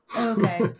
Okay